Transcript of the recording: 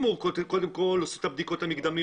אם הוא קודם כל עושה את הבדיקות המקדמיות,